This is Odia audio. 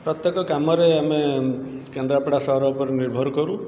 ପ୍ରତ୍ୟେକ କାମରେ ଆମେ କେନ୍ଦ୍ରାପଡ଼ା ସହର ଉପରେ ନିର୍ଭର କରୁ